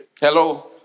Hello